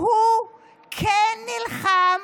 שהוא כן נלחם